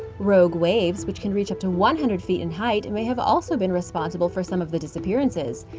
rogue waves, which can reach up to one hundred feet in height, and may have also been responsible for some of the disappearances.